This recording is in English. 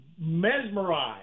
mesmerized